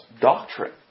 doctrine